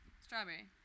Strawberry